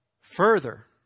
Further